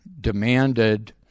demanded